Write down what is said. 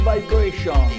Vibration